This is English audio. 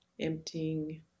emptying